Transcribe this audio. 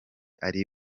ari